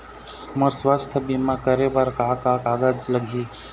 मोर स्वस्थ बीमा करे बर का का कागज लगही?